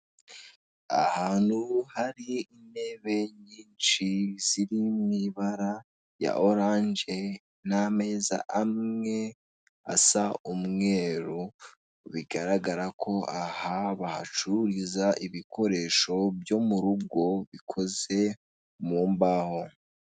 Ahantu hari intebe nyinshi ziri mu ibara rya oranje n'ameza amwe asa umweru, bigaragara ko aha bahacururiza ibikoresho byo mu rugo bikoze mu mbaho.